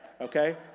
okay